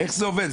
איך זה עובד?